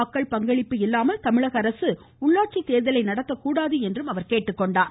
மக்கள் பங்களிப்பு இல்லாமல் தமிழக அரசு உள்ளாட்சி தேர்தல் நடத்தக்கூடாது என்றும அவர் குறிப்பிட்டார்